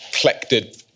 collected